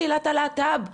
קהילת הלהט"ב הבינלאומית,